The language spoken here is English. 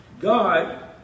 God